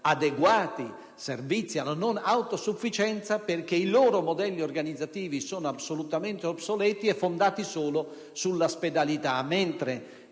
adeguati servizi alla non autosufficienza, perché i loro modelli organizzativi sono assolutamente obsoleti e fondati solo sulla spedalità,